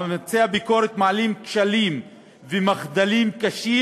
ממצאי הביקורת מעלים כשלים ומחדלים קשים